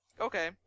Okay